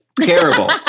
terrible